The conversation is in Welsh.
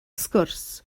sgwrs